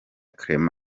clement